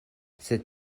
sed